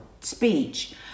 speech